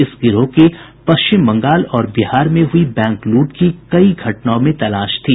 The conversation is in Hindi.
इस गिरोह की पश्चिम बंगाल और बिहार में हुई बैंक लूट की कई घटनाओं में तलाश थी